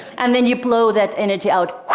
and then you blow that energy out